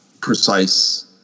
precise